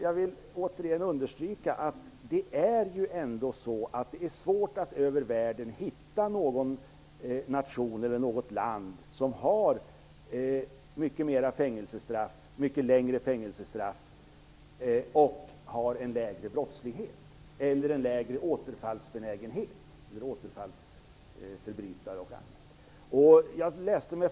Jag vill återigen understryka att det är svårt att i världen hitta något land som utdömer fler och längre fängelsestraff och som har en mindre brottslighet eller färre återfallsförbrytare.